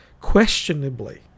questionably